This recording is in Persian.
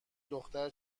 دختر